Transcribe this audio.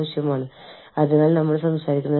ഏത് വ്യവസ്ഥയിൽ നിങ്ങൾ വിസ പുതുക്കും